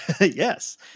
Yes